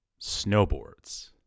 snowboards